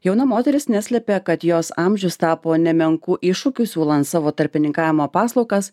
jauna moteris neslepia kad jos amžius tapo nemenku iššūkiu siūlant savo tarpininkavimo paslaugas